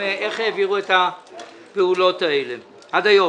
איך העבירו את הפעולות האלה עד היום?